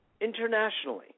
internationally